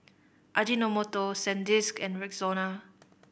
Ajinomoto Sandisk and Rexona